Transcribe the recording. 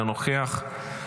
אינו נוכח,